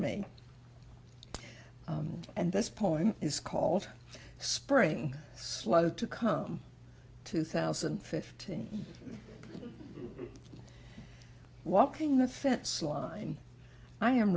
me and this point is called spring slow to come two thousand and fifteen walking the fence line i am